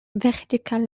vertical